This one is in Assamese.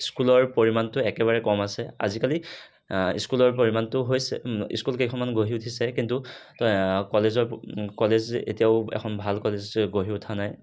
স্কুলৰ পৰিমাণটো একেবাৰে কম আছে আজিকালি স্কুলৰ পৰিমাণটো হৈছে স্কুল কেইখনমান গঢ়ি উঠিছে কিন্তু কলেজৰ কলেজ এতিয়াও এখন ভাল কলেজ হৈ গঢ়ি উঠা নাই